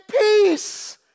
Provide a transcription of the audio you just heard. peace